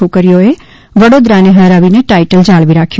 છોકરીઓએ વડોદરાને ફરાવીને ટાઇટલ જાળવી રાખ્યું